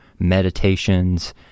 meditations